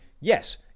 yes